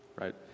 right